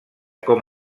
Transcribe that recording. com